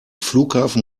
flughafen